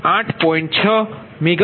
જેથી HPg8